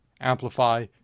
amplify